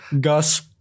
Gus